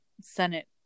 senate